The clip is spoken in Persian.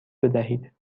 بدهید